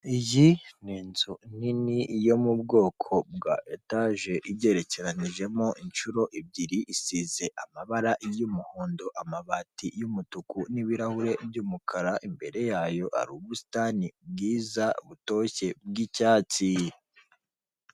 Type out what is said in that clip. Iyi ni inzu nini yo mu bwoko bwa etaje igerekeranijemo inshuro ebyiri isize amabara y'umuhondo, amabati y'umutuku n'ibirahure by'umukara, imbere yayo hari ubusitani bwiza butoshye bw'icyatsi.